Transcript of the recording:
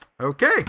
Okay